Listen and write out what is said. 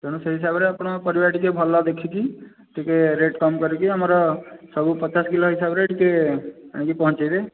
ତେଣୁ ସେହିସାବରେ ଆପଣ ପରିବା ଟିକିଏ ଭଲ ଦେଖିକି ଟିକିଏ ରେଟ୍ କମ୍ କରିକି ଆମର ସବୁ ପଚାଶ କିଲୋ ହିସାବରେ ଟିକିଏ ଆଣିକି ପହଞ୍ଚାଇବେ